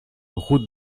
route